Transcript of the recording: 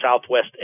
Southwest